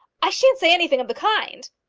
i sha'n't say anything of the kind.